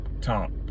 top